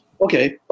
Okay